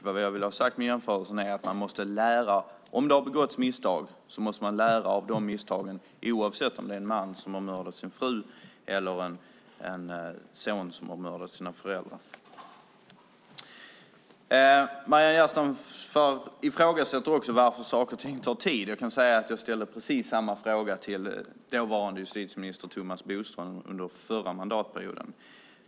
Vad jag ville ha sagt med jämförelsen är att om det har begåtts misstag måste man lära av dem oavsett om det är en man som har mördat sin fru eller en son som har mördat sina föräldrar. Maryam Yazdanfar ifrågasätter varför saker och ting tar tid. Jag kan säga att jag ställde precis samma fråga till dåvarande justitieminister Thomas Bodström under förra mandatperioden.